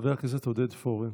חבר הכנסת עודד פורר.